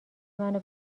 منو